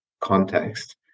context